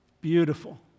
beautiful